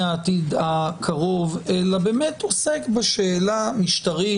העתיד הקרוב אלא באמת עוסק בשאלה משטרית.